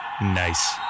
Nice